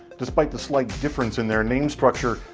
despite the slight difference in their name structure,